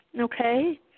okay